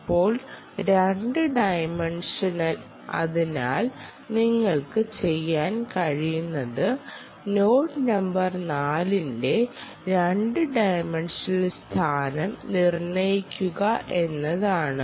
ഇപ്പോൾ 2 ഡൈമൻഷണൽ അതിനാൽ നിങ്ങൾക്ക് ചെയ്യാൻ കഴിയുന്നത് നോഡ് നമ്പർ 4 ന്റെ 2 ഡൈമൻഷണൽ സ്ഥാനം നിർണ്ണയിക്കുക എന്നതാണ്